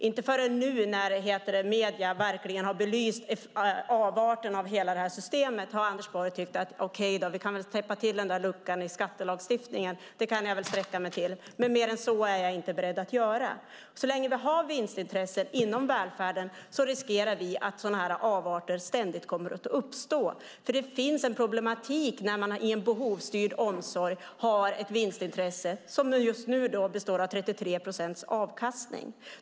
Inte förrän nu när medierna verkligen har belyst avarterna av hela systemet har Anders Borg tyckt: Okej då, vi kan väl täppa till den där luckan i skattelagstiftningen - det kan jag väl sträcka mig till, men mer än så är jag inte beredd att göra! Så länge vi har vinstintressen inom välfärden riskerar vi att sådana här avarter ständigt kommer att uppstå. Det finns en problematik när man i en behovsstyrd omsorg har ett vinstintresse som just nu består av 33 procents avkastning.